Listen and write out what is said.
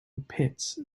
pitts